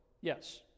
yes